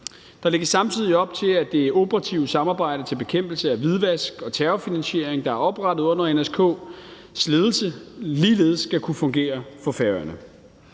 Der lægges samtidig op til, at det operative samarbejde til bekæmpelse af hvidvask og terrorfinansiering, der er oprettet under NSK's ledelse, ligeledes skal kunne fungere på Færøerne.